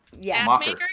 Yes